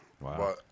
Wow